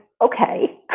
okay